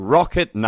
Rocket